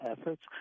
efforts